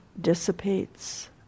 dissipates